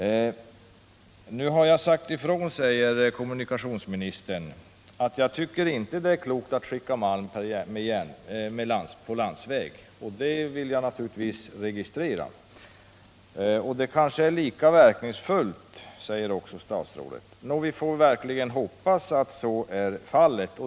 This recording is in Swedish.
Jag har sagt ifrån, säger kommuniktionsministern, att jag inte tycker att det är klokt att skicka malm på landsväg. Det vill jag naturligtvis registrera. Det kanske är lika verkningsfullt, säger statsrådet vidare. Vi får verkligen hoppas att så är fallet.